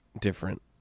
different